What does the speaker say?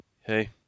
Hey